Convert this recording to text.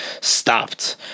stopped